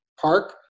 park